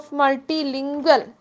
multilingual